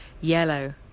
yellow